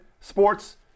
sports